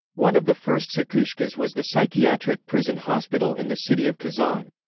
one of the first psikhushkas was the psychiatric prison hospital in the city of kazan.